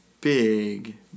big